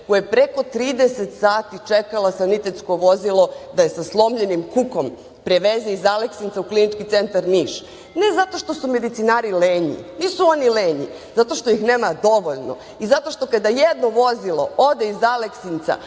koja je preko 30 sati čekala sanitetsko vozilo da je sa slomljenim kukom preveze iz Aleksinca u KC Niš ne zato što su medicinari lenji, nisu oni lenji, nego zato što ih nema dovoljno i zato što kada jedno vozilo ode iz Aleksinca,